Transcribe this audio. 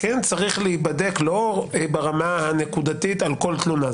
שכן צריך להיבדק לא ברמה הנקודתית על כל תלונה.